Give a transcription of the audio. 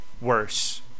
worse